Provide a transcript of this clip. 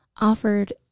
offered